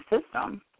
system